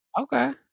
Okay